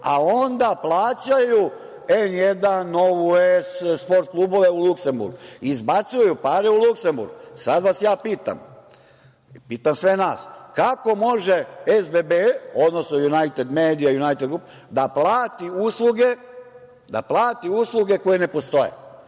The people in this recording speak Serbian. a onda plaćaju N1, Novu S, Sport klubove u Luksemburgu, izbacuju pare u Luksemburg. Sad vas ja pitam, pitam sve nas – kako može SBB, odnosno „Junajted medija“, „Junajted grup“ da plati usluge koje ne postoje?